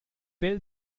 well